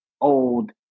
old